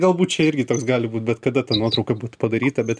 galbūt čia irgi toks gali būt bet kada ta nuotrauka būt padaryta bet